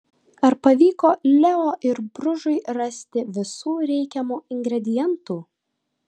ar pavyko leo ir bružui rasti visų reikiamų ingredientų